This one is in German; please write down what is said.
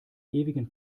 ewigen